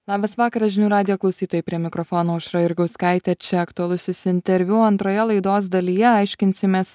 labas vakaras žinių radijo klausytojai prie mikrofono aušra jurgauskaitė čia aktualusis interviu o antroje laidos dalyje aiškinsimės